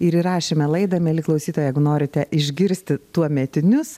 ir įrašėme laidą mieli klausytojai jeigu norite išgirsti tuometinius